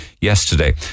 yesterday